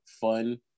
fun